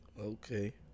okay